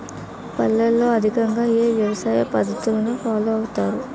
పల్లెల్లో అధికంగా ఏ వ్యవసాయ పద్ధతులను ఫాలో అవతారు?